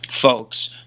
folks